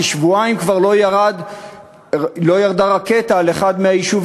כי שבועיים כבר לא ירדה רקטה על אחד מהיישובים,